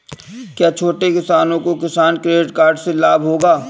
क्या छोटे किसानों को किसान क्रेडिट कार्ड से लाभ होगा?